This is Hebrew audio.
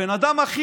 מי